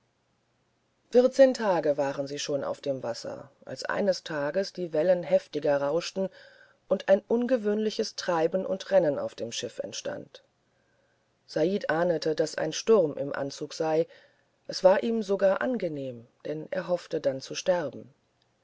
vierzehn tage waren sie schon auf dem wasser als eines tages die wellen heftiger rauschten und ein ungewöhnliches treiben und rennen auf dem schiff entstand said ahnete daß ein sturm im anzug sei es war ihm sogar angenehm denn er hoffte dann zu sterben